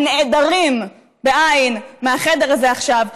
הנעדרים מהחדר הזה עכשיו,